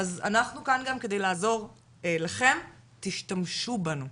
אז אנחנו גם כאן כדי לעזור, תשתמשו בנו,